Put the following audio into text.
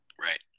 Right